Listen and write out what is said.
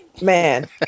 Man